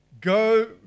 Go